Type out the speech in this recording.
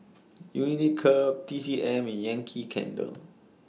Unicurd T C M Yankee Candle